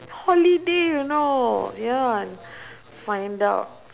holiday you know ya find out